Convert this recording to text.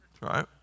right